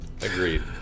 Agreed